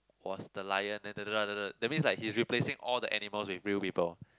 was the Lion and da da da that's means like he's replacing all the animals with real people